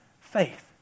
Faith